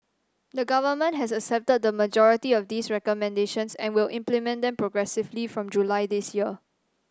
the Government has accepted the majority of these recommendations and will implement them progressively from July this year